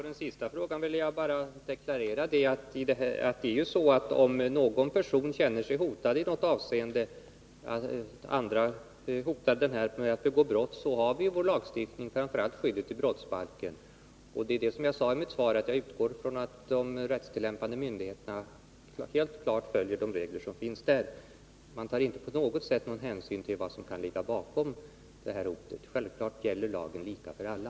Herr talman! Om någon person känner sig hotad i något avseende kan jag bara hänvisa till vår lagstiftning, framför allt skyddet i brottsbalken. Jag sade i mitt svar att jag utgår ifrån att de rättstillämpande myndigheterna klart följer de regler som finns där. Man skall inte på något sätt ta hänsyn till vad som kan ligga bakom hotet. Självfallet gäller lagen lika för alla.